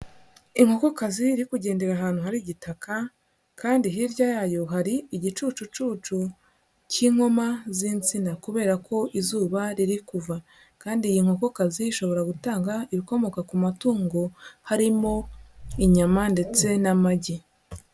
Inkokokazi iri kugendera ahantu hari igitaka kandi hirya yayo hari igicucucu cy'inkoma z'insina kuberako izuba riri kuva, kandi iyi nkokokazi ishobora gutanga ibikomoka ku matungo harimo inyama, ndetse n'amagi.